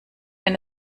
wenn